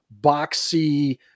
boxy